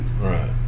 Right